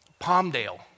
Palmdale